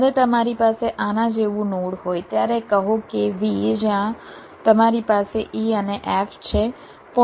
જ્યારે તમારી પાસે આના જેવું નોડ હોય ત્યારે કહો કે V જ્યાં તમારી પાસે e અને f છે